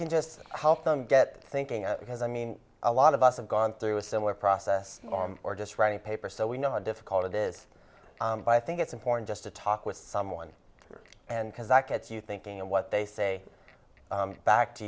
can just help them get thinking of because i mean a lot of us have gone through a similar process or just writing papers so we know how difficult it is by i think it's important just to talk with someone and because that gets you thinking and what they say back to